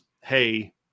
hey